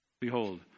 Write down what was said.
Behold